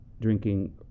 drinking